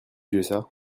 usa